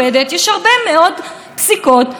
אני עדיין לא מציעה לעלות עליו עם D9,